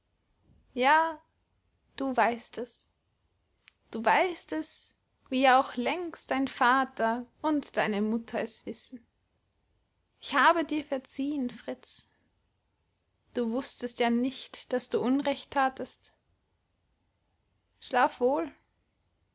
ja du weißt es du weißt es wie ja auch längst dein vater und deine mutter es wissen ich habe dir verziehen fritz du wußtest ja nicht daß du unrecht thatest schlaf wohl